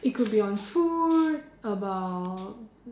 it could be on food about